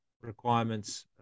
requirements